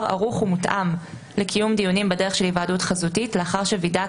ערוך ומותאם לקיום דיונים בדרך של היוועדות חזותית לאחר שווידא